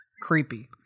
Creepy